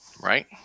Right